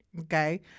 Okay